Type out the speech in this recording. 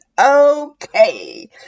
Okay